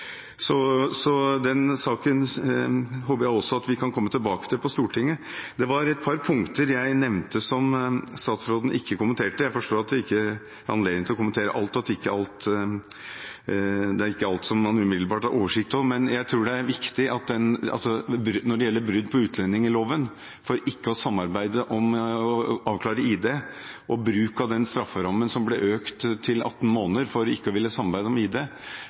Så den saken håper jeg også at vi kan komme tilbake til på Stortinget. Det var et par punkter jeg nevnte, som statsråden ikke kommenterte. Jeg forstår at man ikke har anledning til å kommentere alt, og at det ikke er alt man umiddelbart har oversikt over. Men jeg tror det er viktig, når det gjelder brudd på utlendingsloven ved ikke å samarbeide om å avklare ID: Bruk av den strafferammen som ble økt til 18 måneder for ikke å ville samarbeide om ID,